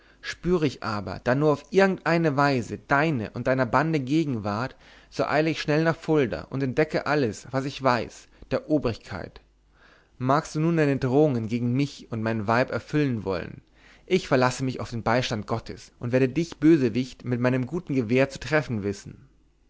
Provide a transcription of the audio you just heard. spüre ich aber dann nur auf irgend eine weise deine und deiner bande gegenwart so eile ich schnell nach fulda und entdecke alles was ich weiß der obrigkeit magst du nun deine drohungen gegen mich und mein weib erfüllen wollen ich verlasse mich auf den beistand gottes und werde dich bösewicht mit meinem guten gewehr zu treffen wissen